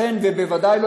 בוודאי,